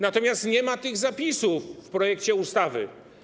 Natomiast nie ma tych zapisów w projekcie ustawy.